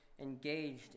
engaged